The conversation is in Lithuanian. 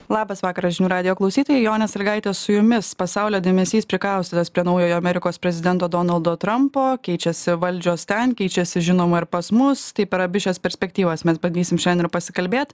labas vakaras žinių radijo klausytojai jonė sąlygaitė su jumis pasaulio dėmesys prikaustytas prie naujojo amerikos prezidento donaldo trampo keičiasi valdžios ten keičiasi žinoma ir pas mus tai per abi šias perspektyvas mes bandysim šiandien ir pasikalbėt